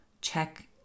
check